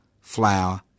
flour